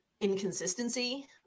inconsistency